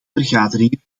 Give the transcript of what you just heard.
vergaderingen